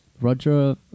Roger